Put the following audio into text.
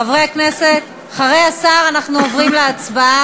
חברי הכנסת, אחרי דברי השר אנחנו עוברים להצבעה.